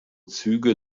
züge